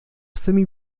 semi